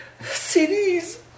CDs